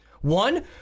One